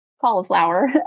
cauliflower